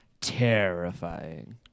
terrifying